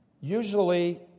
usually